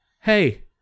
hey